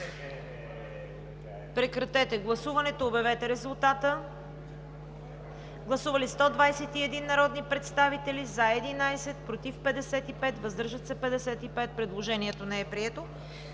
Прекратете гласуването и обявете резултата. Гласували 121 народни представители: за 11, против 55, въздържали се 55. Предложението не е прието.